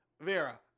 Vera